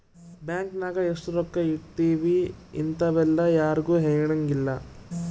bank ನಾಗ ಎಷ್ಟ ರೊಕ್ಕ ಇಟ್ತೀವಿ ಇಂತವೆಲ್ಲ ಯಾರ್ಗು ಹೆಲಂಗಿಲ್ಲ